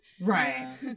Right